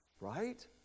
right